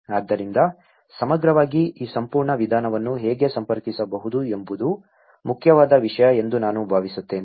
ಆದ್ದರಿಂದ ಸಮಗ್ರವಾಗಿ ಈ ಸಂಪೂರ್ಣ ವಿಧಾನವನ್ನು ಹೇಗೆ ಸಂಪರ್ಕಿಸಬಹುದು ಎಂಬುದು ಮುಖ್ಯವಾದ ವಿಷಯ ಎಂದು ನಾನು ಭಾವಿಸುತ್ತೇನೆ